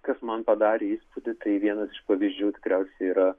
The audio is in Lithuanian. kas man padarė įspūdį tai vienas iš pavyzdžių tikriausiai yra